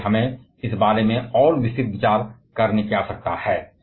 और इसलिए हमें इस बारे में विस्तृत विचार करने की आवश्यकता है